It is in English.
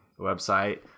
website